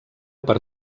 per